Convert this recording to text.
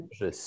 je